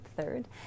third